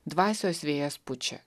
dvasios vėjas pučia